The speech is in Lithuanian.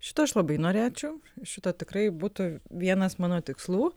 šito aš labai norėčiau šito tikrai būtų vienas mano tikslų